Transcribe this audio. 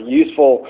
useful